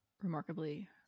remarkably